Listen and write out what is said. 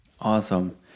Awesome